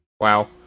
Wow